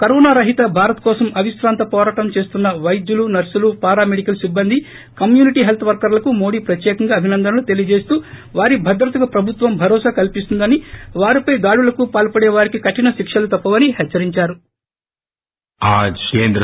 corona రహిత భారత్ కోసం అవిశ్రాంత పోరాటం చేస్తున్న వైద్యులు నర్పులు పారా మెడికల్ సిబ్బంది కమ్యూనిటీ హెల్త్ వర్కర్లకు మోడీ ప్రత్యేకంగా అభినందనలు తెలియజేస్తూ వారి భద్రతకు ప్రభుత్వం భరోసా కల్పిస్తుందని వారిపై దాడులకు పాల్పడే వారికి కఠిన శిక్షలు తప్పవని హెచ్చరించారు